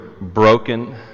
broken